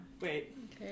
Wait